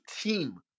team